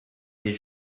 des